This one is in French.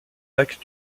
lac